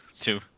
Two